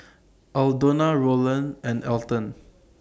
Aldona Rolland and Elton